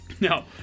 No